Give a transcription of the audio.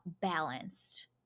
balanced